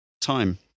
time